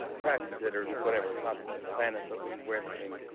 practice it or whatever, talk about it, plan it, but we wear the same